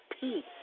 peace